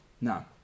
Now